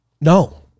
No